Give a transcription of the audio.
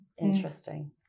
Interesting